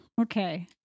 okay